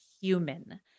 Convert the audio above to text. human